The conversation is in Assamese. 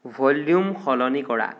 ভ'ল্যুম সলনি কৰা